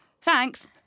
Thanks